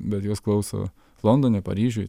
bet juos klauso londone paryžiuj